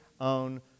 own